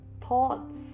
thoughts